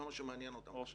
זה מה שמעניין אותם עכשיו.